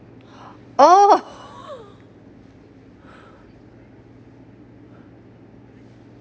oh